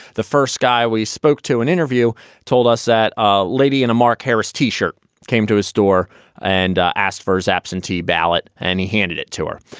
the first guy we spoke to an interview told us that a lady and a mark harris t-shirt came to his door and ah asked for his absentee ballot and he handed it to her.